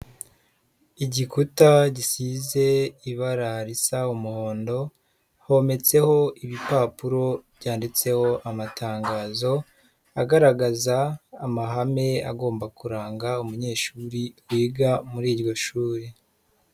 Igikuta gisize ibara risa umuhondo, hometseho ibipapuro byanditseho amatangazo agaragaza amahame agomba kuranga umunyeshuri wiga muri iryo shuri.